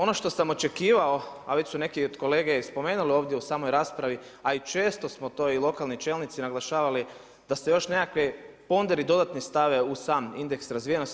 Ono što sam očekivao, a već su neke od kolega i spomenuli ovdje u samoj raspravi, a često smo to i lokalni čelnici naglašavali da se još nekakvi ponderi dodatni stave u sam indeks razvijenosti.